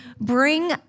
bring